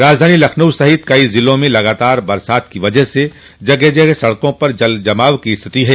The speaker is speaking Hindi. राजधानी लखनऊ सहित कई जिलों में लगातार बरसात की वजह से जगह जगह सड़कों पर जल जमाव की स्थिति है